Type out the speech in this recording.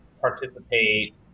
participate